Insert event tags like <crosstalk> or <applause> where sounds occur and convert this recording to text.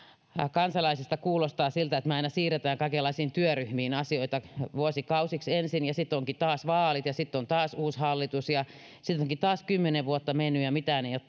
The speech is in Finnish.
kansalaisista kuulostaa siltä että me ensin aina siirrämme kaikenlaisiin työryhmiin asioita vuosikausiksi ja sitten onkin taas vaalit ja sitten on taas uusi hallitus ja sitten onkin taas kymmenen vuotta mennyt ja mitään ei ole <unintelligible>